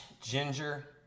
ginger